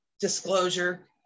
Disclosure